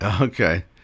okay